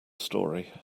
story